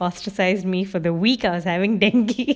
meals for the week ah and I was having dengue